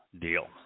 deal